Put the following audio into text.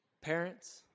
Parents